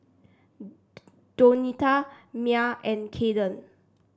Donita Myer and Kayden